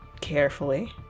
carefully